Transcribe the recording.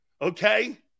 Okay